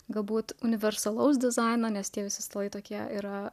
galbūt universalaus dizaino nes tie visi stalai tokie yra